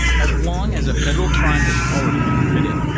as long as a federal crime has already been committed.